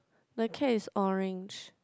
the cat is orange